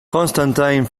constantine